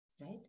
right